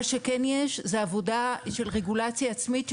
מה שכן יש זה עבודה של רגולציה עצמית,